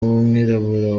umwirabura